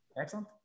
Excellent